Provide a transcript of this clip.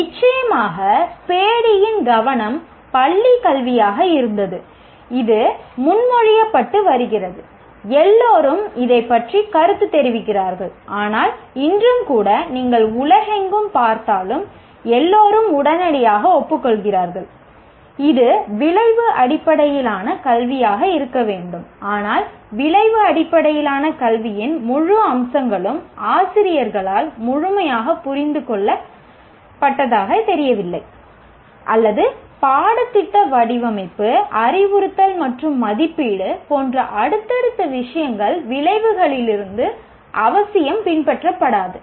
நிச்சயமாக ஸ்பேடியின் கவனம் பள்ளி கல்வியாக இருந்தது இது முன்மொழியப்பட்டு வருகிறது எல்லோரும் இதைப் பற்றி கருத்து தெரிவிக்கிறார்கள் ஆனால் இன்றும் கூட நீங்கள் உலகெங்கும் பார்த்தாலும் எல்லோரும் உடனடியாக ஒப்புக்கொள்கிறார்கள் இது விளைவு அடிப்படையிலான கல்வியாக இருக்க வேண்டும் ஆனால் விளைவு அடிப்படையிலான கல்வியின் முழு அம்சங்களும் ஆசிரியர்களால் முழுமையாக புரிந்து கொள்ளப்பட்டதாகத் தெரியவில்லை அல்லது பாடத்திட்ட வடிவமைப்பு அறிவுறுத்தல் மற்றும் மதிப்பீடு போன்ற அடுத்தடுத்த விஷயங்கள் விளைவுகளிலிருந்து அவசியம் பின்பற்றப்படாது